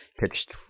pitched